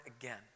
again